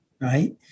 right